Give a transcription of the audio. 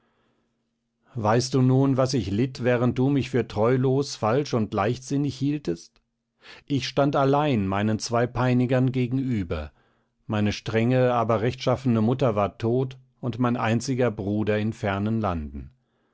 weißt du nun was ich litt während du mich für treulos falsch und leichtsinnig hieltest ich stand allein meinen zwei peinigern gegenüber meine strenge aber rechtschaffene mutter war tot und mein einziger bruder in fernen landen